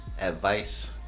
advice